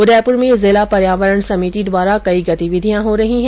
उदयपुर में जिला पर्यावरण समिति द्वारा कई गतिविधियां हो रही है